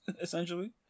essentially